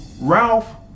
Ralph